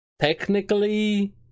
Technically